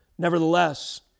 Nevertheless